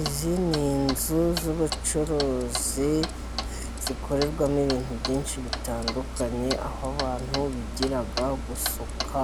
Izi ni inzu z'ubucuruzi zikorerwamo ibintu byinshi bitandukanye, aho abantu bigira gusuka